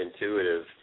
intuitive